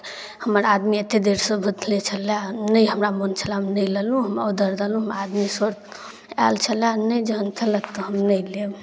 हमर आदमी एतेक देरसँ भुथले छलय नहि हमरा मोन छलय हम नहि लेलहुँ ऑर्डर देलहुँ आदमी सर तुतुम आयल छलय नहि जखन थेलक तऽ हम नहि लेब